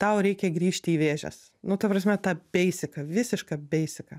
tau reikia grįžti į vėžias nu ta prasme tą beisiką visišką beisiką